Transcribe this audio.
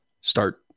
start